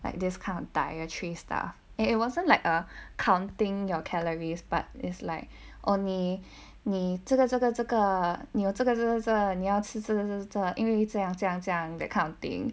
like this kind of dietary stuff and it wasn't like a counting your calories but is like oh 你这个这个这个你有这个这个这个你要吃这个这个这个因为这样这样这样 that kind of thing